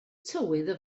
tywydd